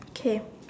okay